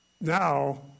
now